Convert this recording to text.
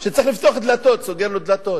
שר החוץ, שצריך לפתוח דלתות, סוגר דלתות.